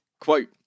quote